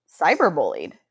cyberbullied